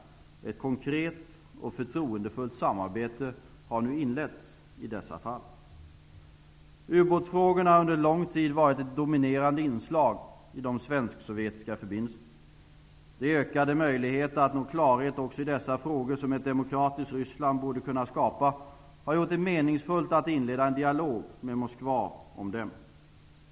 Ett konkret och förtroendefullt samarbete har nu inletts i dessa fall. Ubåtsfrågorna har under lång tid varit ett dominerande inslag i de svensk-sovjetiska förbindelserna. De ökade möjligheter att nå klarhet också i dessa frågor, som ett demokratiskt Ryssland borde kunna skapa, har gjort det meningsfullt att inleda en dialog med Moskva om dem.